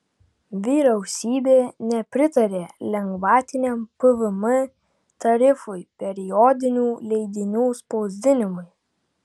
vyriausybė nepritarė lengvatiniam pvm tarifui periodinių leidinių spausdinimui